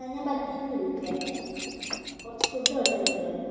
ആ ഞാൻ ബത്തേരിയിൽ നിന്ന് വിളിക്കുവായിരുന്നേ കുറച്ചു ഫുഡ് ഓർഡർ ചെയ്യാൻ വേണ്ടിയായിരുന്നു